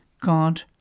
God